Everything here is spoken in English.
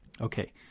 Okay